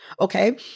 Okay